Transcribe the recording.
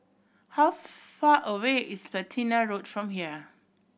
how far away is Platina Road from here